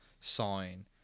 sign